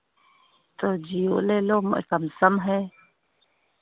तो जिओ ले लो समसम है